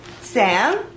Sam